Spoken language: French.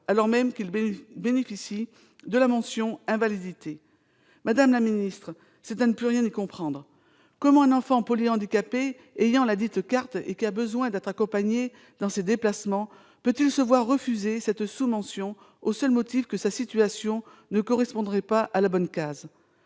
alors même qu'ils ont droit à la mention « invalidité ». Madame la secrétaire d'État, c'est à ne plus rien y comprendre ! Comment un enfant polyhandicapé, détenteur de ladite carte et ayant besoin d'être accompagné dans ses déplacements, peut-il se voir refuser cette sous-mention au seul motif que sa situation ne correspondrait pas à la bonne case ?